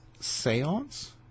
seance